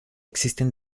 existen